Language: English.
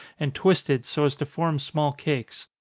and twisted, so as to form small cakes.